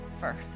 first